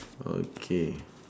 okay